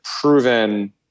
proven